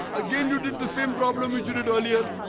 again you did the same problem, which you did earlier